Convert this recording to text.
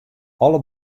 alle